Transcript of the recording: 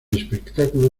espectáculo